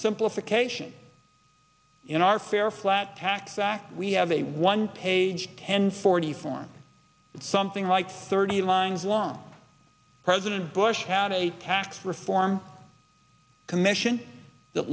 simplification in our fair flat tax act we have a one page ten forty form something like thirty lines long president bush had a tax reform commission that